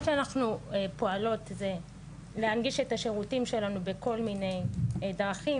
אנחנו פועלות להנגיש את השירותים שלנו בכל מיני דרכים,